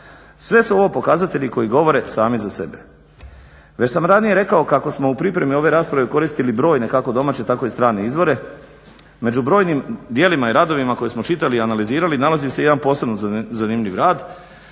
Sve su ovo pokazatelji koji govore sami za sebe. Već sam ranije rekao kako smo u pripremi ove rasprave koristili kako brojne tako i strane izvore. Među brojnim djelima i radovima koje smo čitali i analizirali se i jedan posebno zanimljiv rad,